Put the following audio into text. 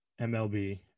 MLB